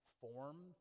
form